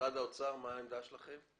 משרד האוצר, מה העמדה שלכם?